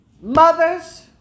mothers